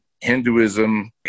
Hinduism